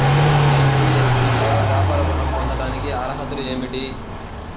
NBFC లో వ్యాపార ఋణం పొందటానికి అర్హతలు ఏమిటీ?